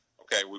okay